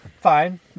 fine